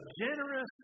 generous